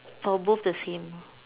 for both the same